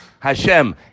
Hashem